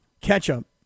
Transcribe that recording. ketchup